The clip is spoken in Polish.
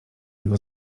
jego